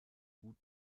gut